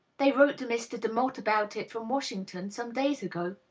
they wrote to mr. demotte about it from washington, some days ago.